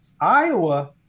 Iowa